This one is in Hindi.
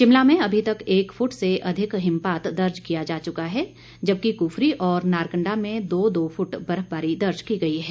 शिमला में अभी तक एक फ्ट से अधिक हिमपात दर्ज किया जा चुका है जबकि क्फरी और नारकंडा में दो दो फृट बर्फबारी दर्ज की गई है